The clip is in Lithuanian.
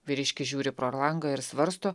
vyriškis žiūri pro langą ir svarsto